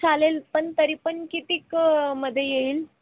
चालेल पण तरी पण किती मध्ये येईल